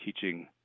teaching